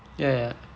ya ya